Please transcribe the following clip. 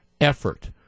effort